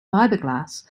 fiberglass